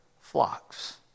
flocks